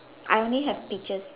I only have peaches